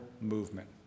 movement